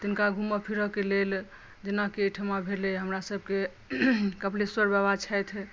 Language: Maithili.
तिनका घूमऽ फिरऽ के लेल जेनाकि एहिठमा भेलै हमरा सबकेँ कपलेश्वर बाबा छथि